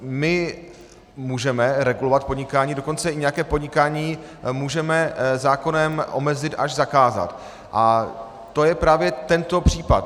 My můžeme regulovat podnikání, dokonce i nějaké podnikání můžeme zákonem omezit až zakázat, a to je právě tento případ.